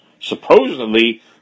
supposedly